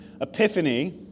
Epiphany